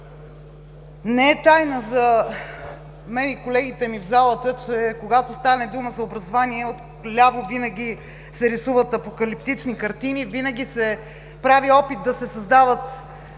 Не е тайна за мен и за колегите ми в залата, че когато стане дума за образование, от ляво винаги се рисуват апокалиптични картини, винаги се прави опит да се създава